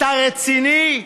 אתה רציני?